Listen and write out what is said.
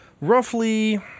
roughly